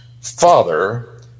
father